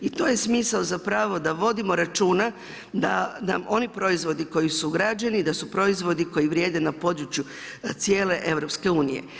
I to je smisao zapravo da vodimo računa, da nam oni proizvodi koji su ugrađeni, da su proizvodi koji vrijede na području cijele EU.